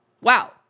wow